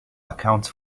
accounts